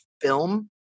film